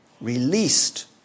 released